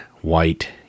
white